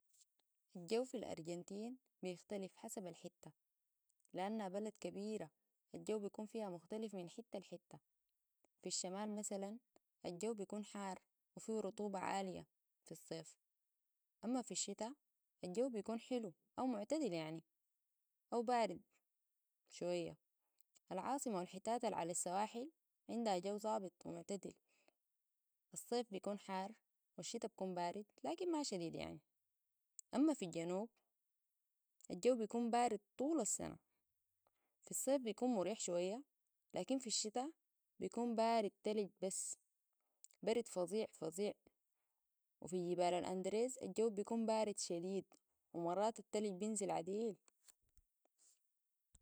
الجو في الأرجنتين بيختلف حسب الحتة لأنها بلد كبيرة الجو بيكون فيها مختلف من حتة الي حتة في الشمال مثلا الجو بيكون حار وفيه رطوبة عالية في الصيف أما في الشتاء الجو بيكون حلو أو معتدل يعني أو بارد شوية العاصمة والحتاتة العالي السواحل عندها جو ظابط ومعتدل الصيف بيكون حار والشتاء بيكون بارد لكن ما شديد يعني أما في الجنوب الجو بيكون بارد طول السنة في الصيف بيكون مريح شوية لكن في الشتاء بيكون بارد تلج بس برد فظيع وفي جبال الاندريز الجو بيكون بارد شديد ومرات التلج بنزل عديل